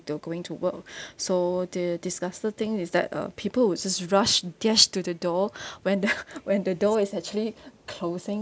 they're going to work so the disgusted thing is that uh people would just rush dash to the door when the when the door is actually closing